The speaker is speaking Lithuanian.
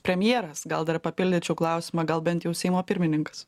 premjeras gal dar papildyčiau klausimą gal bent jau seimo pirmininkas